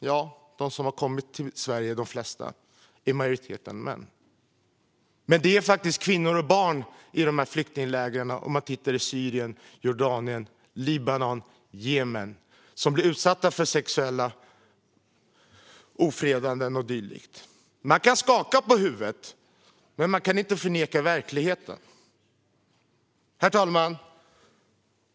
Ja, men majoriteten av de som har kommit till Sverige är män. Men det är faktiskt kvinnor och barn i flyktinglägren i Syrien, Jordanien, Libanon och Jemen som blir utsatta för sexuella ofredanden och dylikt. Man kan skaka på huvudet åt det här, men man kan inte förneka verkligheten. Herr talman!